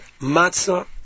Matzah